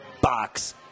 box